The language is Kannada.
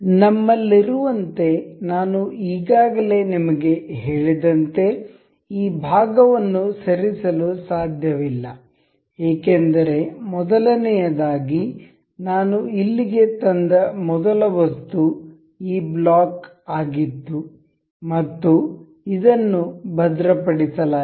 ನಮ್ಮಲ್ಲಿರುವಂತೆ ನಾನು ಈಗಾಗಲೇ ನಿಮಗೆ ಹೇಳಿದಂತೆ ಈ ಭಾಗವನ್ನು ಸರಿಸಲು ಸಾಧ್ಯವಿಲ್ಲ ಏಕೆಂದರೆ ಮೊದಲನೆಯದಾಗಿ ನಾನು ಇಲ್ಲಿಗೆ ತಂದ ಮೊದಲ ವಸ್ತು ಈ ಬ್ಲಾಕ್ ಆಗಿತ್ತು ಮತ್ತು ಇದನ್ನು ಭದ್ರಪಡಿಸಲಾಗಿದೆ